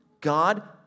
God